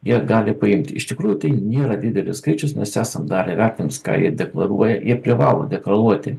jie gali paimti iš tikrųjų tai yra didelis skaičius nes esam darę vertinimus ką jie deklaruoja jie privalo deklaruoti